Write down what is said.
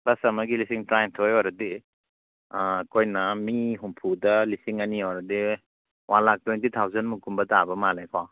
bus ꯑꯃꯒꯤ ꯂꯤꯁꯤꯡ ꯇꯔꯥꯅꯤꯊꯣꯏ ꯑꯣꯏꯔꯗꯤ ꯑꯩꯈꯣꯏꯅ ꯃꯤ ꯍꯨꯝꯐꯨꯗ ꯂꯤꯁꯤꯡ ꯑꯅꯤ ꯑꯣꯏꯔꯗꯤ ꯋꯥꯟ ꯂꯥꯈ ꯇ꯭ꯋꯦꯟꯇꯤ ꯊꯥꯎꯖꯟꯃꯨꯛꯀꯨꯝꯕ ꯇꯥꯕ ꯃꯥꯜꯂꯦꯀꯣ